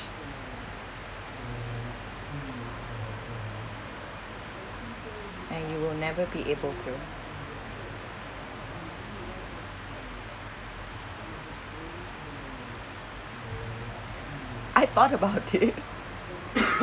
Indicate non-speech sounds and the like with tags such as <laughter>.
and you will never be able to I <laughs> thought about it <coughs>